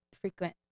frequent